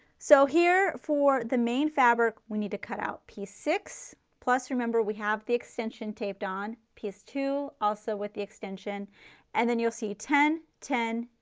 so here for the main fabric, we need to cut out piece six plus remember we have the extension taped on, piece two also with the extension and then you will see, ten, ten,